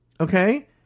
okay